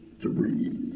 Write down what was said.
Three